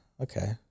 okay